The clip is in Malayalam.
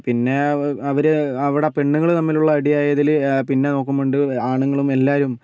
പിന്നെ അവ അവർ അവിടെ പെണ്ണുങ്ങൾ തമ്മിലുള്ള അടി ആയതിൽ പിന്നെ നോക്കുമ്പം ഉണ്ട് ആണുങ്ങളും എല്ലാവരും